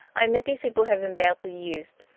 i admit these people have been badly used,